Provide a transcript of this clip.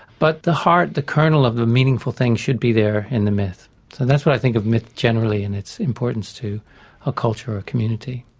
but the heart, the kernel of the meaningful thing should be there in the myth, so that's what i think of myth generally and its importance to a culture or a community.